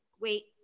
Wait